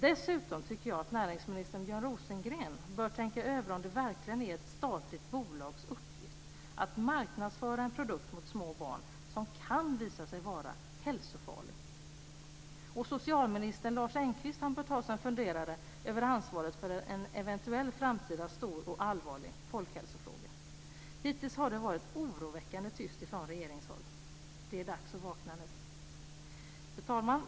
Dessutom tycker jag att näringsminister Björn Rosengren bör tänka över om det verkligen är ett statligt bolags uppgift att marknadsföra en produkt mot små barn som kan visa sig vara hälsofarlig. Och socialminister Lars Engqvist bör ta sig en funderare över ansvaret för en eventuell framtida stor och allvarlig folkhälsofråga. Hittills har det varit oroväckande tyst från regeringshåll. Det är dags att vakna nu. Fru talman!